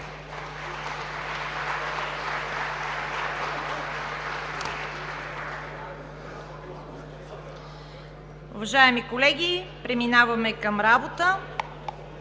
Уважаеми колеги, преминаваме към работа.